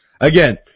again